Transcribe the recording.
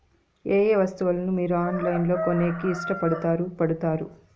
ఏయే వస్తువులను మీరు ఆన్లైన్ లో కొనేకి ఇష్టపడుతారు పడుతారు?